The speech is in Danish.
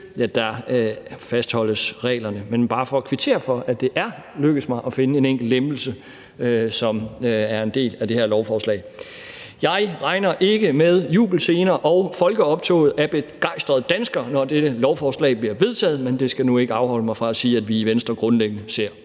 spil, fastholdes reglerne. Men det er bare for at kvittere for, at det er lykkedes mig at finde en enkelt lempelse som en del af det her lovforslag. Jeg regner ikke med jubelscener og folkeoptog af begejstrede danskere, når dette lovforslag bliver vedtaget, men det skal nu ikke afholde mig fra at sige, at vi i Venstre grundlæggende ser